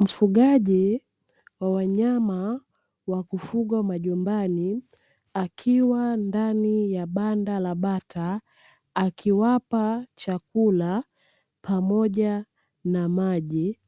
Mfugaji wa wanyama wa kufugwa majumbani akiwa ndani ya banda la bata, akiwapa chakula pamoja na maji.